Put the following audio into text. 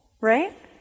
right